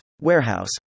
Warehouse